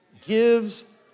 gives